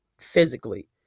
physically